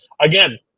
again